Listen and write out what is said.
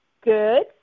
Good